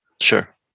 Sure